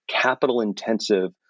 capital-intensive